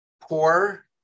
poor